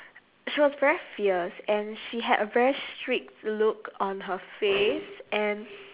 she was very fierce and she had a very strict look on her face and